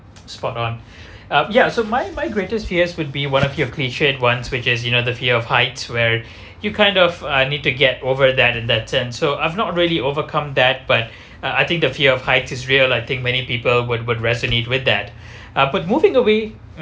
spot on uh ya so my my greatest fears would be one of occasion once which as you know the fear of heights where you kind of I need to get over there in that sense so I've not really overcome that but uh I think the fear of heights is real I think many people would would resonate with that uh but moving away